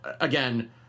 again